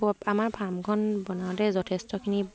আমাৰ ফাৰ্মখন বনাওঁতে যথেষ্টখিনি